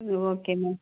okay ma'am